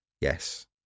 Yes